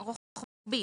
רוחבי.